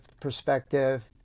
perspective